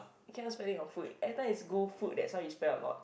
cannot spend it on food every time is go food that's why we spend lot